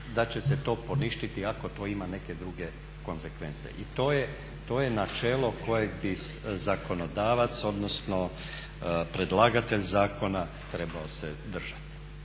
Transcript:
da će se to poništiti ako to ima neke druge konzekvence. I to je načelo kojeg bi zakonodavac, odnosno predlagatelj zakona trebao se držati.